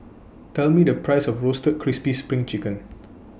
Tell Me The Price of Roasted Crispy SPRING Chicken